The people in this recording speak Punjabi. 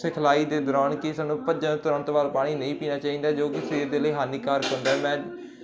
ਸਿਖਲਾਈ ਦੇ ਦੌਰਾਨ ਕੀ ਸਾਨੂੰ ਭੱਜਿਆ ਤੁਰੰਤ ਬਾਅਦ ਪਾਣੀ ਨਹੀਂ ਪੀਣਾ ਚਾਹੀਦਾ ਜੋ ਕਿ ਸਰੀਰ ਦੇ ਲਈ ਹਾਨੀਕਾਰਕ ਹੁੰਦਾ ਮੈਂ